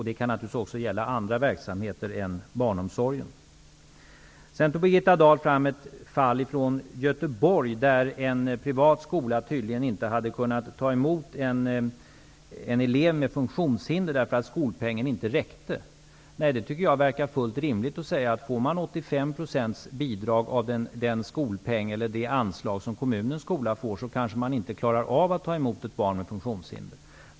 Det kan naturligtvis också gälla för andra verksamheter än barnomsorgen. Birgitta Dahl tog fram ett fall från Göteborg, där en privat skola tydligen inte hade kunnat ta emot en elev med funktionshinder därför att skolpengen inte räckte. Jag tycker att det verkar fullt rimligt att man, om man får ett bidrag motsvarande 85 % av den skolpeng eller det anslag som kommunens skola får, kanske inte klarar att ta emot ett barn med funktionshinder.